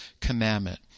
commandment